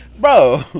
Bro